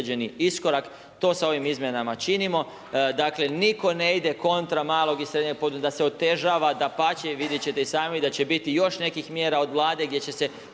određeni iskorak, to sa ovim izmjenama činimo. Dakle nitko ne ide kontra malog i srednjeg poduzetništva, da se otežava, dapače, vidjet ćete i sami da će biti još nekih mjera od vlade gdje će se